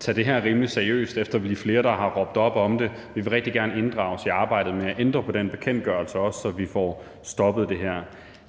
tage det her rimelig seriøst, efter vi er flere, der har råbt op om det. Vi vil også rigtig gerne inddrages i arbejdet med at ændre på den bekendtgørelse, så vi får stoppet det her.